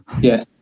Yes